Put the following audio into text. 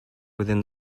within